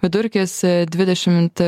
vidurkis dvidešimt